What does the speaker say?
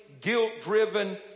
guilt-driven